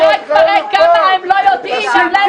זה רק מראה כמה הם לא יודעים --- רואה?